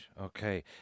Okay